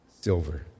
silver